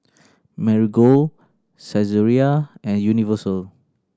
Marigold Saizeriya and Universal